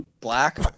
black